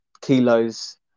kilos